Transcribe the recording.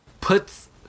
Puts